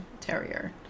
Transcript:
terrier